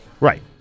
Right